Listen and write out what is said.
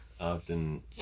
Often